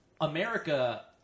America –